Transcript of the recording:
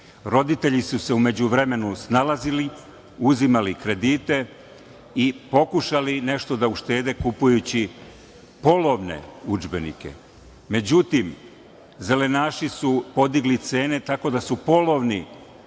Roditelji su se u međuvremenu snalazili, uzimali kredite i pokušali nešto da uštede kupujući polovne udžbenike. Međutim, zelenaši su podigli cene, tako da su polovni